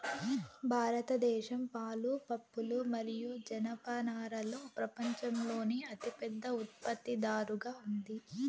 భారతదేశం పాలు, పప్పులు మరియు జనపనారలో ప్రపంచంలోనే అతిపెద్ద ఉత్పత్తిదారుగా ఉంది